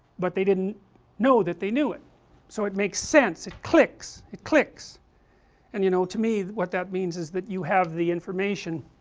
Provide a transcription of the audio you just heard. but they didn't know that they knew it so it makes sense, it clicks, it clicks and you know to me what that means is that you have the information